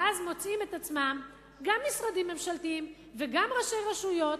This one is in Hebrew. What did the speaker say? ואז מוצאים את עצמם גם משרדים ממשלתיים וגם ראשי רשויות